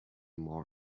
more